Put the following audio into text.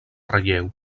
relleu